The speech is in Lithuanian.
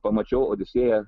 pamačiau odisėją